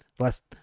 Last